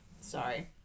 sorry